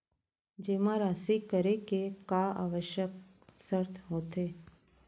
जेमा राशि करे के का आवश्यक शर्त होथे?